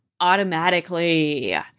automatically